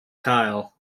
kyle